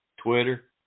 Twitter